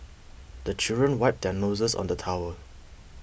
the children wipe their noses on the towel